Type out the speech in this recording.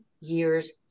years